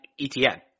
ETN